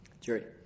Jerry